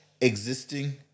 existing